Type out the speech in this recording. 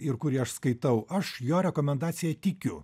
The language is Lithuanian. ir kurį aš skaitau aš jo rekomendacija tikiu